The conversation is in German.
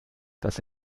dass